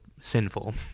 sinful